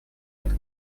это